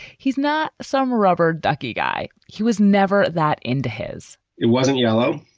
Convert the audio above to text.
he's not some rubber ducky guy. he was never that into his it wasn't yellow.